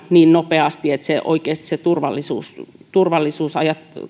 niin nopeasti jarruttavat eli oikeasti se turvallisuus turvallisuus